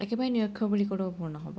একেবাৰে নিৰক্ষৰ বুলি ক'লেও ভুল নহ'ব